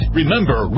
remember